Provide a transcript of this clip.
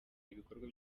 ibikorwa